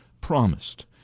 promised